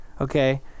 Okay